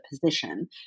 position